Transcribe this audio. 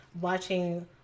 watching